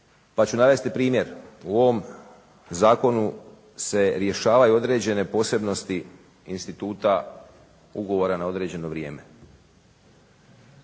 pa ću navesti primjer, u ovom zakonu se rješavaju određene posebnosti instituta ugovora na određeno vrijeme.